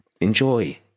enjoy